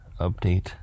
update